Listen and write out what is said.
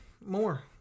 More